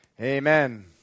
amen